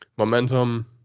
momentum